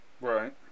Right